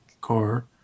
car